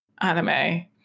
anime